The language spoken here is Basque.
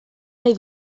nahi